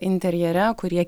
interjere kurie